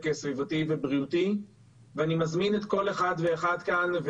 סביבתי ובריאותי ואני מזמין את כל אחד ואחד כאן,